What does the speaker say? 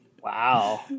Wow